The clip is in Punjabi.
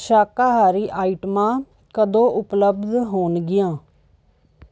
ਸ਼ਾਕਾਹਾਰੀ ਆਈਟਮਾਂ ਕਦੋਂ ਉਪਲੱਬਧ ਹੋਣਗੀਆਂ